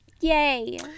yay